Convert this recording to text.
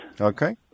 Okay